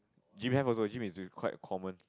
gym have also gym is with quite common